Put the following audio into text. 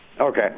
Okay